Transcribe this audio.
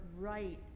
right